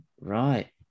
Right